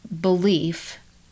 belief